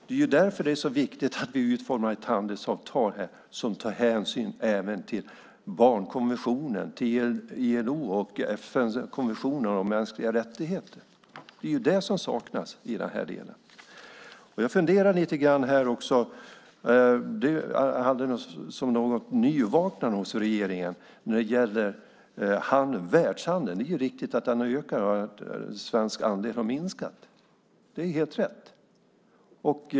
Där är därför det är så viktigt att vi utformar ett handelsavtal som även tar hänsyn till barnkonventionen och ILO:s och FN:s konventioner om mänskliga rättigheter. Det är vad som saknas i den här delen. Jag funderar lite grann. Det var ett nyvaknande hos regeringen när det gäller världshandeln. Det är riktigt att den ökar och att den svenska andelen har minskat. Det är helt rätt.